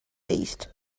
east